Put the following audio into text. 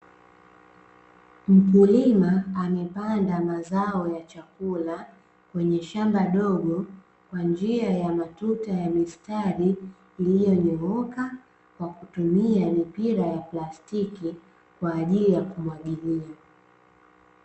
Mkulima amepanda mazao ya chakula kwenye shamba dogo, kwa njia ya matuta ya mistari iliyonyooka, kwa kutumia mipira ya plastiki kwa ajili ya kumwagilia.